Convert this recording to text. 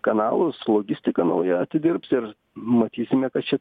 kanalus logistika nauja atidirbs ir matysime kad čia